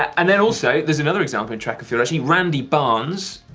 and then also, there's another example in track and field. randy barnes.